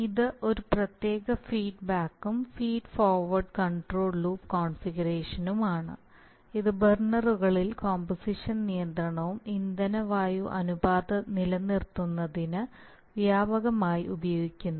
ഇത് ഒരു പ്രത്യേക ഫീഡ്ബാക്കും ഫീഡ് ഫോർവേഡ് കൺട്രോൾ ലൂപ്പ് കോൺഫിഗറേഷനുമാണ് ഇത് ബർണറുകളിൽ കോമ്പോസിഷൻ നിയന്ത്രണവും ഇന്ധന വായു അനുപാതവും നിലനിർത്തുന്നതിന് വ്യാപകമായി ഉപയോഗിക്കുന്നു